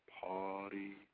party